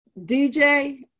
DJ